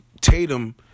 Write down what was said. Tatum